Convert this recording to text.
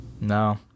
no